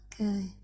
Okay